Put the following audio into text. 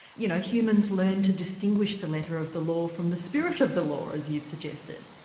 you know, humans learn to distinguish the letter of the law from the spirit of the law as you've suggested.